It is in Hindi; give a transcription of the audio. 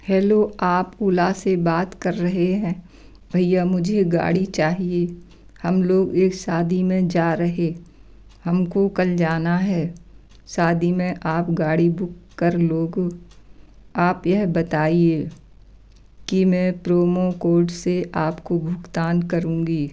हेलो आप उला से बात कर रहे हैं भैया मुझे गाड़ी चाहिए हम लोग एक शादी में जा रहें हम को कल जाना है शादी में आप गाड़ी बूक कर लोगे आप यह बताइए कि मैं प्रोमो कोड से आप को भुगतान करूँगी